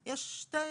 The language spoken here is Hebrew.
יש שתי אפשרויות.